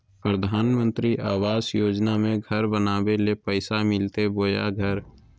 प्रधानमंत्री आवास योजना में घर बनावे ले पैसा मिलते बोया घर?